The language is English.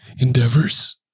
endeavors